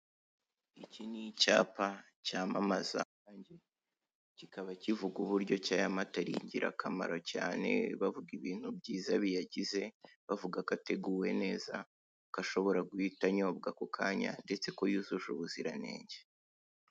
Iki ni icyapa cyamamaza amata. Kikaba kivuga uburyo cyi aya mata ari ingirakamaro cyane. Bavuga ibintu byiza biyagize bavuga ko ateguwe neza, ko ashobora guhita anyobwa ako kanya ndetse ko yujuje ubuziranenge.